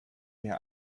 mir